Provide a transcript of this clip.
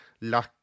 La